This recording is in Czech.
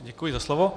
Děkuji za slovo.